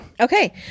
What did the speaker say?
Okay